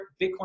Bitcoin